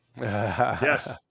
Yes